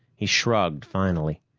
he shrugged, finally.